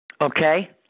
Okay